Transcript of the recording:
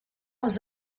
was